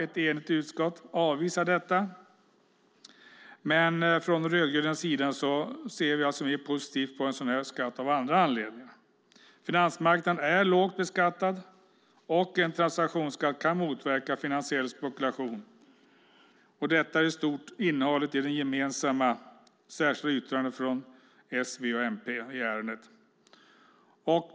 Ett enigt utskott avvisar som sagt detta, men från den rödgröna sidan ser vi ändå positivt på en sådan skatt av andra anledningar. Finansmarknaden är lågt beskattad, och en transaktionsskatt kan motverka finansiell spekulation. Detta är i stort innehållet i det gemensamma särskilda yttrandet från S, V och MP i ärendet.